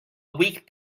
week